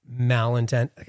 malintent